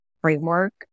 framework